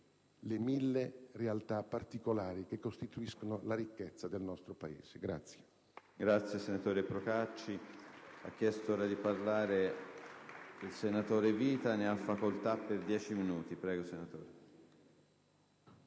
le mille realtà particolari che costituiscono la ricchezza del nostro Paese.